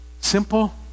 simple